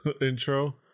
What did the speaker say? intro